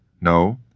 No